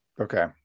Okay